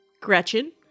Gretchen